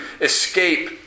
escape